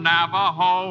Navajo